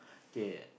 K